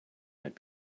might